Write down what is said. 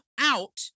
out